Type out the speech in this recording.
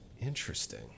interesting